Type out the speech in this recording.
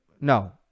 no